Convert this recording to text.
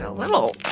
little